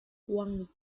wang